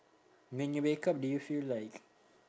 when you wake up did you feel like